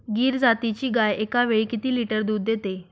गीर जातीची गाय एकावेळी किती लिटर दूध देते?